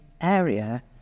area